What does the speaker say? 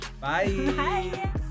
Bye